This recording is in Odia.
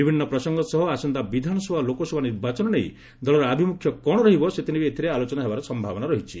ବିଭିନ୍ନ ପ୍ରସଙ୍ଗ ସହ ଆସନ୍ତା ବିଧାନସଭା ଓ ଲୋକସଭା ନିର୍ବାଚନ ନେଇ ଦଳର ଆଭିମୁଖ୍ୟ କ'ଣ ରହିବ ସେଥିନେଇ ଏଥିରେ ଆଲୋଚନା ହେବାର ସମ୍ଭାବନା ରହିଛି